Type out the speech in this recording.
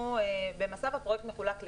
במס"ב הפרויקט מחולק לשניים: